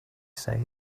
say